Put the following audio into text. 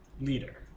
leader